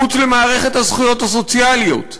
מחוץ למערכת הזכויות הסוציאליות,